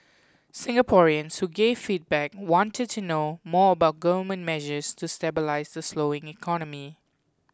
Singaporeans who gave feedback wanted to know more about government measures to stabilise the slowing economy